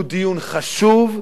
הוא דיון חשוב,